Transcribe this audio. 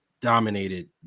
dominated